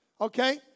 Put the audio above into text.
Okay